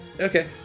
Okay